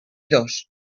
dos